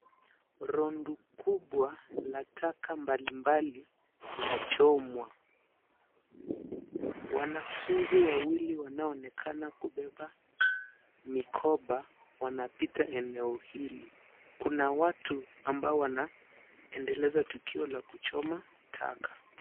Rundo kubwa la taka mbalimbali lachomwa. Wanafunzi wawili wanaoonekana kubeba mikoba wanapita eneo hili. Kuna watu ambao wanaendeleza tukio la kuchoma taka.